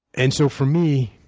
and so for me,